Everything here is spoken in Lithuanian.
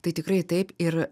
tai tikrai taip ir